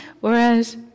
Whereas